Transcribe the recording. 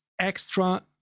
extra